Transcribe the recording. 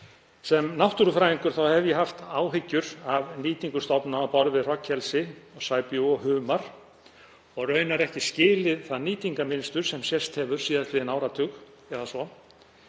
Sem náttúrufræðingur hef ég haft áhyggjur af nýtingu stofna á borð við hrognkelsi, sæbjúgu og humar, og hef raunar ekki skilið það nýtingarmynstur sem sést hefur síðastliðinn áratug eða svo.